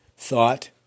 Thought